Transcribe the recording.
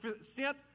sent